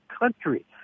country